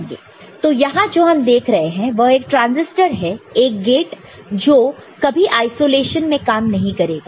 तो यहां जो हम देख रहे हैं वह एक ट्रांसिस्टर है एक गेट जो कभी आइसोलेशन में काम नहीं करेगा